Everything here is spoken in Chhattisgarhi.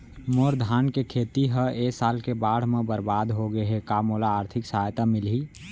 मोर धान के खेती ह ए साल के बाढ़ म बरबाद हो गे हे का मोला आर्थिक सहायता मिलही?